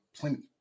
plenty